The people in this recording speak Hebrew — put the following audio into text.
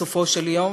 בסופו של דבר,